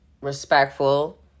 respectful